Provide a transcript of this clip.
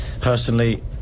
Personally